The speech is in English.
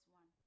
one